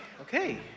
okay